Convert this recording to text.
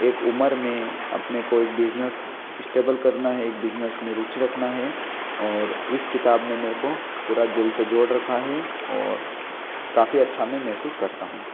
एक उम्र में अपने को एक बिज़नेस श्टेबल करना है एक बिज़नेस में रूचि रखना है और इस किताब में मेरे को पूरा दिल से जोड़ रखा है और काफ़ी अच्छा मैं महसूस करता हूँ